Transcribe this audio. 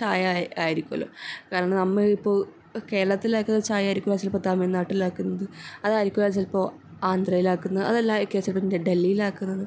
ചായ ആയിരിക്കുമല്ലോ കാരണം നമ്മളിപ്പോൾ കേരളത്തിലാക്കുന്ന ചായ ആയിരിക്കൂല്ല ചിലപ്പോൾ തമിഴ്നാട്ടിലാക്കുന്നത് അതായിരിക്കൂല്ല ചിലപ്പോൾ ആന്ധ്രയിലാക്കുന്നത് അതല്ലായിരിക്കും ചിലപ്പോൾ ഡെല്ലീലാക്കുന്നത്